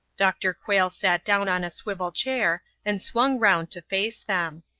dr. quayle sat down on a swivel chair and swung round to face them.